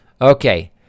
Okay